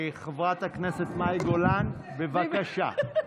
חברת הכנסת מאי גולן, בבקשה.